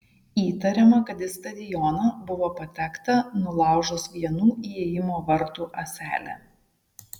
įtariama kad į stadioną buvo patekta nulaužus vienų įėjimo vartų ąselę